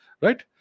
right